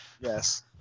Yes